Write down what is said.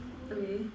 okay